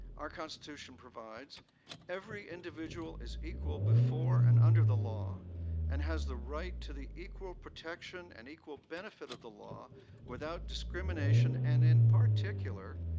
our constitution provides every individual is equal before and under the law and has the right to the equal protection and equal benefit of the law without discrimination and in particular,